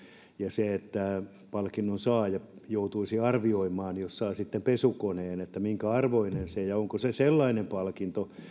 niin että palkinnon saaja joutuisi arvioimaan jos saa pesukoneen minkä arvoinen se on ja onko se sellainen palkinto